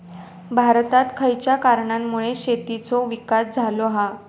भारतात खयच्या कारणांमुळे शेतीचो विकास झालो हा?